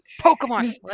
Pokemon